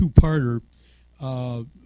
two-parter